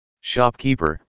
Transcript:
Shopkeeper